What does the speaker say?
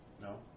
No